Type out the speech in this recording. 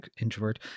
introvert